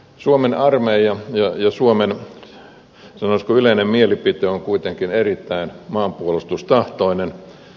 suomen armeija ja suomen sanoisiko yleinen mielipide on kuitenkin erittäin maanpuolustustahtoinen